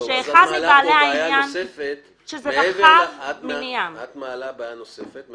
שאחד מבעלי העניין --- את מעלה בעיה נוספת,